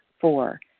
Four